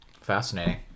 Fascinating